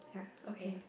yeah okay